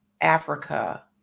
Africa